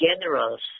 generals